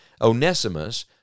Onesimus